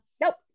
nope